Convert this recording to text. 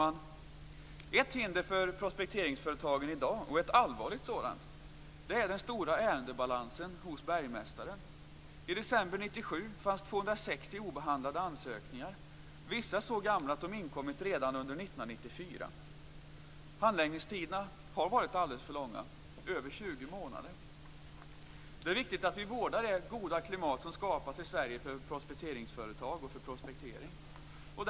Ett allvarligt hinder för prospekteringsföretagen i dag är den stora ärendebalansen hos bergmästaren. I december 1997 fanns det 260 obehandlade ansökningar, vissa så gamla att de inkom redan under år 1994. Handläggningstiderna har varit alldeles för långa, över 20 månader. Det är viktigt att vi vårdar det goda klimatet för prospekteringsföretag och prospektering i Sverige.